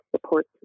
support